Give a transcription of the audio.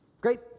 Great